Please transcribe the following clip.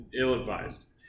ill-advised